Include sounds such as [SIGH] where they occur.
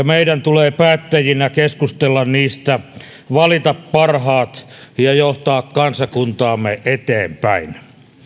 [UNINTELLIGIBLE] meidän tulee päättäjinä keskustella niistä valita parhaat ja johtaa kansakuntaamme eteenpäin